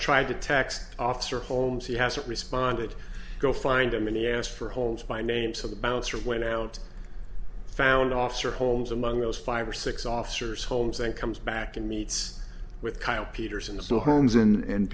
tried to text officer holmes he hasn't responded go find him and he asked for holds my name so the bouncer went out found officer holmes among those five or six officers holmes and comes back and meets with kyle peterson so holmes and